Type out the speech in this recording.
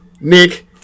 Nick